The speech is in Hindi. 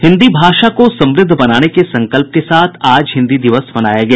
हिन्दी भाषा को समुद्ध बनाने के संकल्प के साथ आज हिन्दी दिवस मनाया गया